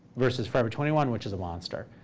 versus forever twenty one, which is a monster.